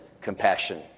compassion